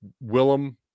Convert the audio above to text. Willem